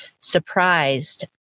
surprised